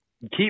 keep